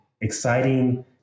exciting